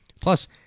Plus